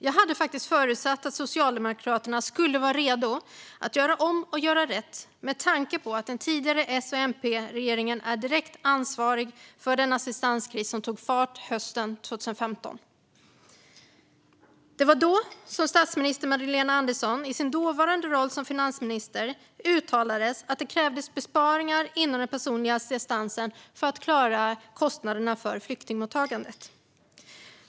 Jag hade faktiskt förutsatt att Socialdemokraterna skulle vara redo att göra om och göra rätt, med tanke på att den tidigare SMP-regeringen är direkt ansvarig för den assistanskris som tog fart hösten 2015. Det var då som statsminister Magdalena Andersson, i sin dåvarande roll som finansminister, uttalade att det krävdes besparingar inom den personliga assistansen för att klara kostnaderna för flyktingmottagandet.